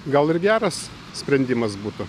gal ir geras sprendimas būtų